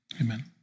amen